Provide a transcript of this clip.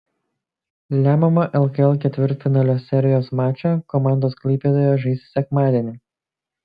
lemiamą lkl ketvirtfinalio serijos mačą komandos klaipėdoje žais sekmadienį